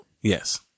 Yes